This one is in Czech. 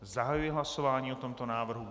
Zahajuji hlasování o tomto návrhu.